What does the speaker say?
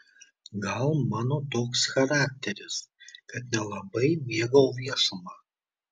gal mano toks charakteris kad nelabai mėgau viešumą